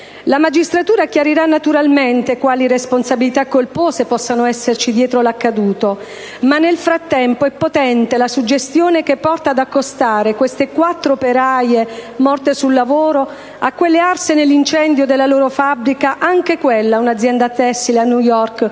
La magistratura naturalmente chiarirà quali responsabilità colpose possano esserci dietro l'accaduto, ma nel frattempo è potente la suggestione che porta ad accostare queste quattro operaie morte sul lavoro a quelle arse nell'incendio della loro fabbrica: anche quella - a New York,